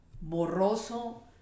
borroso